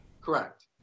Correct